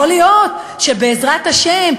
יכול להיות שבעזרת השם,